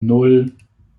nan